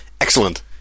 Excellent